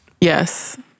yes